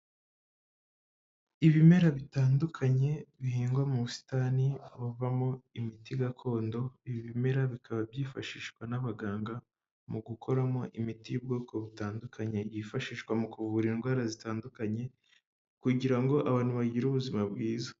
Ibimera bitandukanye bihingwa mu busitani ahavamo imiti gakondo, ibi bimera bikaba byifashishwa n'abaganga mu gukoramo imiti y'ubwoko butandukanye yifashishwa mu kuvura indwara zitandukanye, kugira ngo abantu bagire ubuzima bwiza.